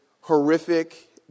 horrific